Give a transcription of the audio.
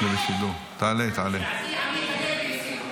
שלוש קריאות קודם,